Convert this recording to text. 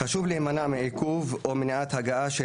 חשוב להימנע מעיכוב או מניעת הגעה של